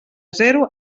zero